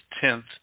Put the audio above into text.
tenth